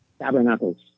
Tabernacles